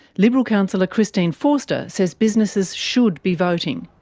liberal councillor christine forster says businesses should be voting.